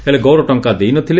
ହେଲେ ଗୌର ଟଙ୍କା ଦେଇ ନ ଥିଲେ